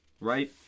right